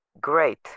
Great